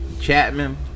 chapman